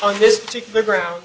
on this particular ground